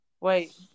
Wait